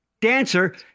dancer